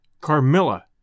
Carmilla